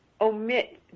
omit